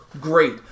great